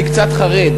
אני קצת חרד,